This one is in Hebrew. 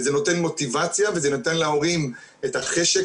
זה נותן מוטיבציה וזה נתן להורים את החשק